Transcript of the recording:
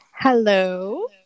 Hello